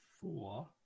four